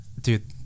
dude